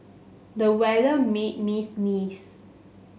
the weather made me sneeze